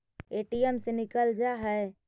ATM से निकल जा है?